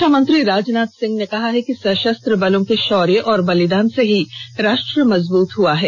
रक्षामंत्री राजनाथ सिंह ने कहा है कि सशस्त्र बलों के शौर्य और बलिदान से ही राष्ट्र मजबूत हुआ है